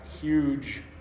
huge